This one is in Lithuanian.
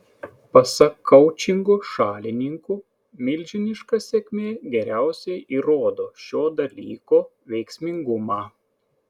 pasak koučingo šalininkų milžiniška sėkmė geriausiai įrodo šio dalyko veiksmingumą